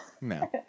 No